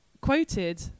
quoted